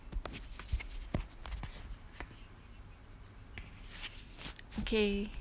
okay